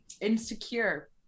insecure